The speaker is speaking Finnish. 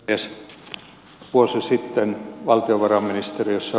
ensi vuosi sitten valtiovarainministeriössä